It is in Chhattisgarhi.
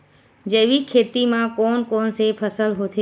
जैविक खेती म कोन कोन से फसल होथे?